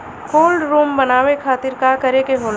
Cold room बनावे खातिर का करे के होला?